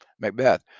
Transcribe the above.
Macbeth